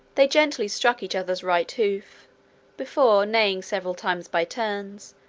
they gently struck each other's right hoof before, neighing several times by turns,